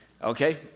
Okay